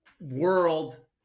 world